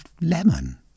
lemon